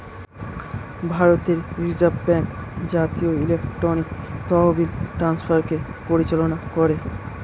ভারতের reserve bank জাতীয় electronic তহবিল ট্রান্সফারকে পরিচালনা করে